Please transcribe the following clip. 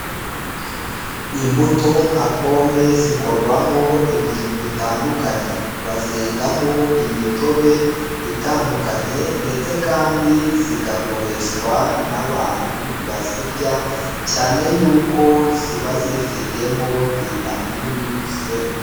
Imbuto nka pome zikorwamo ibintu bitandukanye, bazengamo imitobe itandukanye ndetse kandi zigakoreshwa n'abantu bazirya, cyane yuko ziba zifitemo vitaminini c.